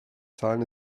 zahlen